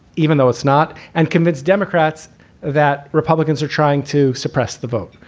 even though it's not, and convince democrats that republicans are trying to suppress the vote,